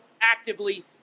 actively